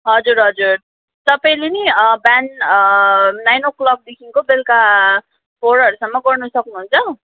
हजुर हजुर तपाईँले नि बिहान नाइन ओ क्लकदेखिको बेलुका फोरहरूसम्म गर्न सक्नुहुन्छ